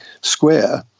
square